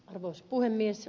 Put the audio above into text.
arvoisa puhemies